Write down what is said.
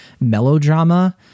melodrama